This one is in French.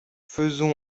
faisons